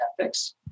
ethics